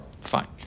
Fine